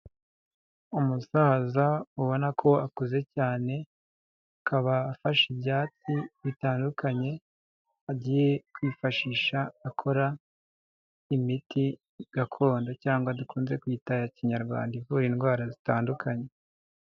Umusaza ubona ko akuze cyane, akaba afashe ibyati bitandukanye agiye kwifashisha akora imiti gakondo cyangwa dukunze kwita ya kinyarwanda ivura indwara zitandukanye.